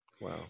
Wow